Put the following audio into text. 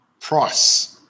price